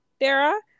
Dara